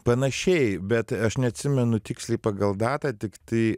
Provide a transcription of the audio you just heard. panašiai bet aš neatsimenu tiksliai pagal datą tiktai